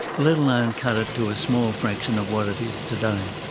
let alone cut it to a small fraction of what it is today.